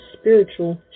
spiritual